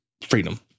freedom